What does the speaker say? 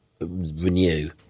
renew